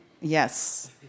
Yes